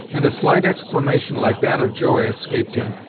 and a slight exclamation like that of joy escaped him,